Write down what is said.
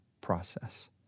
process